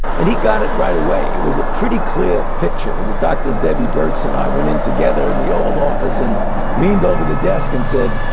and he got it right away. it was a pretty clear picture. the dr. debbie birx and i went in together in the oval office and leaned over the desk and said,